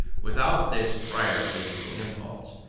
without this prior physical impulse,